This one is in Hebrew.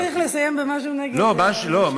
תמיד צריך לסיים במשהו נגד, לא, ממש לא.